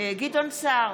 גדעון סער,